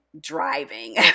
driving